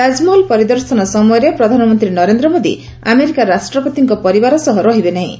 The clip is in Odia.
ତାଜମହଲ ପରିଦର୍ଶନ ସମୟରେ ପ୍ରଧାନମନ୍ତ୍ରୀ ନରେନ୍ଦ୍ର ମୋଦି ଆମେରିକା ରାଷ୍ଟ୍ରପତିଙ୍କ ପରିବାର ସହ ରହିବେ ନାହିଁ